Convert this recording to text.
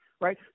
right